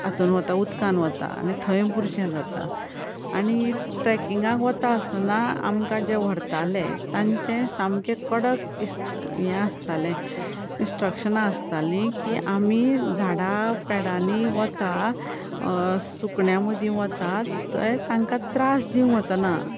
हातून वता उदकान वता आनी थंय बुरशें जाता आनी ट्रॅकिंगाक वता आसतना आमकां जे व्हरताले तांचें सामकें कडक इस यें आसतालें इस्ट्रकशनां आसतालीं की आमी झाडां पेडांनी वता सुकण्यां मदीं वतात थंय तांकां त्रास दिवंक वचना